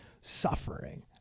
suffering